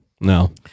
No